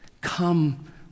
come